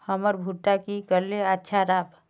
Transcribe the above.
हमर भुट्टा की करले अच्छा राब?